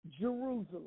Jerusalem